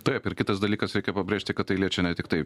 taip ir kitas dalykas reikia pabrėžti kad tai liečia ne tiktai